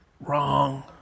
Wrong